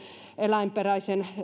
eläinperäisen